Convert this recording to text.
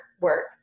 work